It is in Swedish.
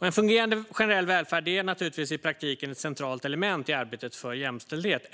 En fungerande generell välfärd är naturligtvis i praktiken ett centralt element i arbetet för jämställdhet.